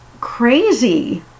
crazy